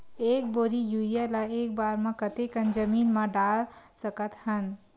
एक बोरी यूरिया ल एक बार म कते कन जमीन म डाल सकत हन?